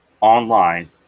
online